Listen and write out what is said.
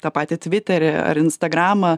tą patį tviterį ar instagramą